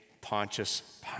Pontius